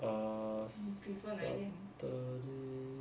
err saturday